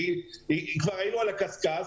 כשכבר היינו על הקשקש,